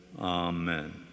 amen